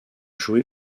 joué